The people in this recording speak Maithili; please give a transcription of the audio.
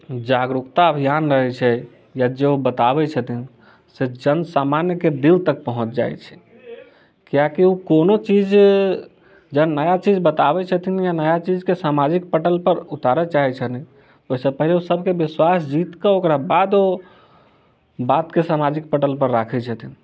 जागरूकता अभियान रहै छै या जे बताबै छथिन से जन सामान्य के दिल तक पहुँच जाइ छै किएकि ओ कोनो चीज जहन नया चीज बताबै छथिन या नया चीज के सामाजिक पटल पर उतारए चाहै छथिन ओहिसँ पहिले ओ सबके विश्वास जीत कऽ ओकरा बाद ओ बात के सामाजिक पटल पर राखै छथिन